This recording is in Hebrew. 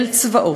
אל צבאות,